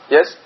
Yes